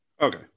Okay